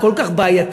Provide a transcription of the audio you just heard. כל כך בעייתי,